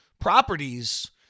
properties